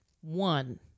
one